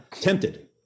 Tempted